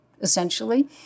essentially